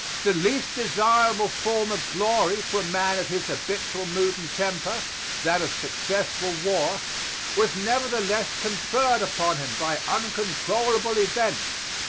the least desirable form of glory to a man of his habitual mood and temper that of successful war was nevertheless conferred upon him by uncontrollable events.